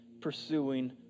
pursuing